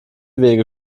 wege